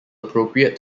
appropriate